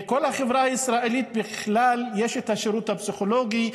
בחברה הישראלית בכלל יש את השירות הפסיכולוגי,